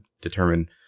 determine